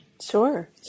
sure